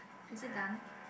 is it done